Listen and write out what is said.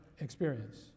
experience